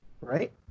Right